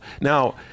Now